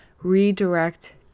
redirect